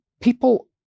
people